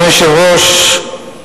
אדוני היושב-ראש,